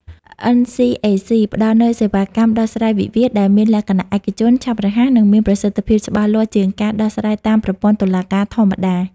NCAC ផ្ដល់នូវសេវាកម្មដោះស្រាយវិវាទដែលមានលក្ខណៈឯកជន ឆាប់រហ័ស និងមានប្រសិទ្ធភាពច្បាស់លាស់ជាងការដោះស្រាយតាមប្រព័ន្ធតុលាការធម្មតា។